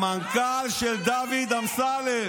המנכ"ל של דוד אמסלם,